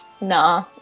nah